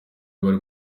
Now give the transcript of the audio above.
bari